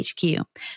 HQ